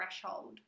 threshold